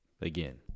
Again